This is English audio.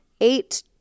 eight